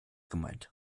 gemeint